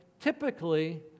typically